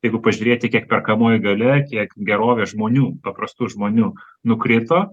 jeigu pažiūrėti kiek perkamoji galia kiek gerovės žmonių paprastų žmonių nukrito